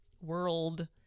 world